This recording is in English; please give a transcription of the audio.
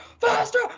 faster